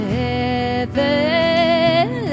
heaven